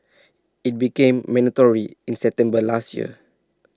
IT became mandatory in September last year